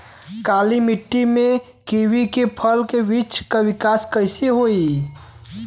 काली मिट्टी में कीवी के फल के बृछ के विकास कइसे होई?